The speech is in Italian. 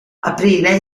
aprile